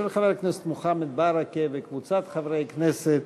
של חבר הכנסת מוחמד ברכה וקבוצת חברי הכנסת,